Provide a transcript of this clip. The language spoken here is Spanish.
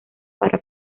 para